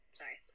sorry